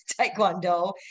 Taekwondo